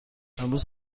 امروز